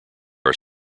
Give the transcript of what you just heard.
are